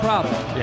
Problem